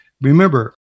remember